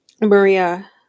Maria